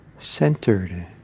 centered